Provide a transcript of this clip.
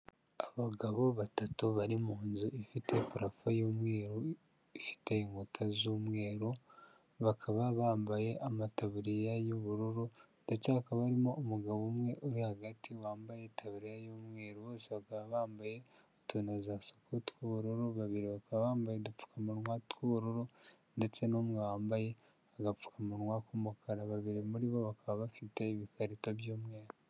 Abagabo batatu bari mu nzu ifite parafu y'umweru, ifite inkuta z'umweru, bakaba bambaye amataburiya y'ubururu ndetse hakaba harimo umugabo umwe uri hagati wambaye taburiya y'umweru, bose bakaba bambaye utunozasuku tw'ubururu, babiri bakaba bambaye udupfukamunwa tw'ubururu ndetse n'umwe wambaye agapfukamunwa k'umukara. Babiri muri bo bakaba bafite ibikarito by'umweru.